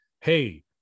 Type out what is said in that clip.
Hey